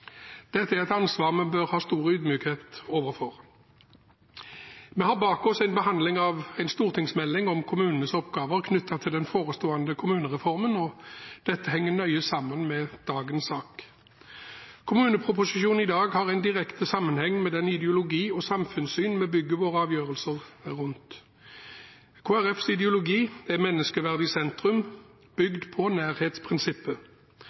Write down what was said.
Dette er et ansvar vi bør ha stor ydmykhet overfor. Vi har bak oss en behandling av en stortingsmelding om kommunenes oppgaver knyttet til den forestående kommunereformen. Dette henger nøye sammen med dagens sak. Kommuneproposisjonen i dag har en direkte sammenheng med den ideologi og det samfunnssyn vi bygger våre avgjørelser rundt. Kristelig Folkepartis ideologi er menneskeverd i sentrum, bygd på nærhetsprinsippet.